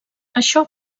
això